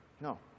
No